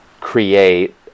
create